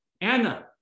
Anna